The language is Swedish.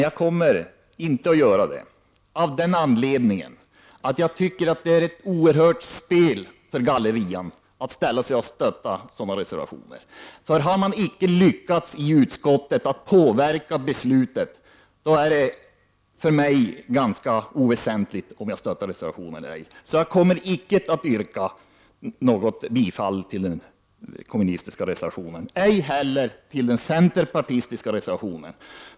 Jag kommer inte att göra detta av den anledningen att jag tycker att det är ett oerhört spel för galleriet att stödja sådana reservationer. Har man i utskottet inte lyckats att påverka, är det för mig ganska oväsentligt om jag stöder reservationen eller ej. Jag kommer alltså inte att yrka bifall till den kommunistiska reservationen, ej heller till den centerpartistiska reservationen.